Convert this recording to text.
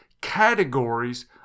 categories